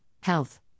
health